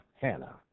Hannah